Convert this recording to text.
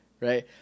right